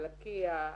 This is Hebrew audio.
לקייה,